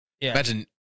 imagine